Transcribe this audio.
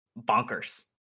bonkers